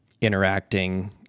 interacting